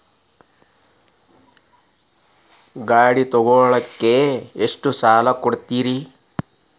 ಗಾಡಿ ತಗೋಳಾಕ್ ಎಷ್ಟ ಸಾಲ ಕೊಡ್ತೇರಿ?